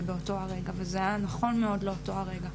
באותו הרגע וזה היה נכון מאוד לאותו הרגע,